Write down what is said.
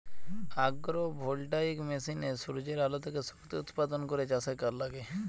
agro voltaic মেশিনে সূর্যের আলো থেকে শক্তি উৎপাদন করে চাষে লাগে